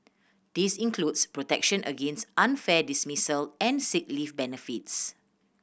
this includes protection against unfair dismissal and sick leave benefits